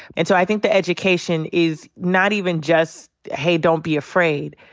and so i think the education is not even just, hey, don't be afraid.